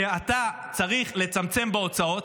כי כשאתה צריך לצמצם בהוצאות,